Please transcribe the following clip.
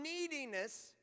neediness